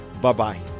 Bye-bye